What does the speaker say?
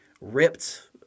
ripped